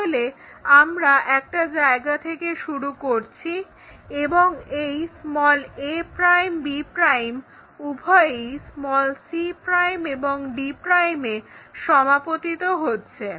তাহলে আমরা একটা জায়গা থেকে শুরু করছি এবং এই a' b' উভয়েই c' এবং d' এ সমাপতিত হচ্ছে